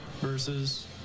Versus